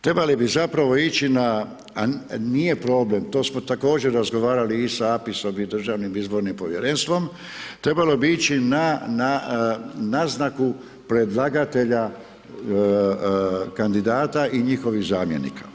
Trebali bi zapravo ići na, a nije problem, to smo također razgovarali i sa APIS-om i sa Državnim izbornim povjerenstvom, trebalo bi ići na naznaku predlagatelja kandidata i njihovih zamjenika.